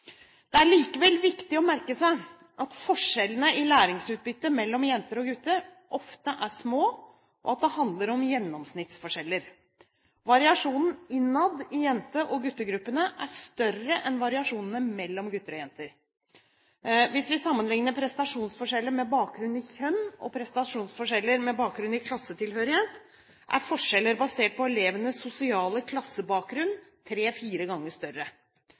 Det er likevel viktig å merke seg at forskjellene i læringsutbytte mellom jenter og gutter ofte er små, og at det handler om gjennomsnittsforskjeller. Variasjonen innad i jente- og guttegruppene er større enn variasjonen mellom gutter og jenter. Hvis vi sammenlikner prestasjonsforskjeller med bakgrunn i kjønn med prestasjonsforskjeller med bakgrunn i klassetilhørighet, er forskjeller basert på elevenes sosiale klassebakgrunn tre–fire ganger større.